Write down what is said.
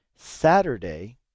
Saturday